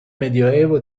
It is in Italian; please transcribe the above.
medioevo